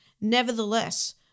Nevertheless